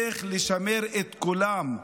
איך לשמר את כולם,